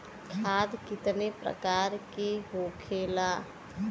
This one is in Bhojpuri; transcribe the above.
खाद कितने प्रकार के होखेला?